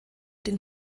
den